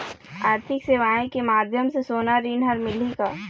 आरथिक सेवाएँ के माध्यम से सोना ऋण हर मिलही का?